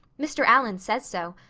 mr. allan says so.